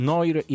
Noir